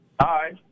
Hi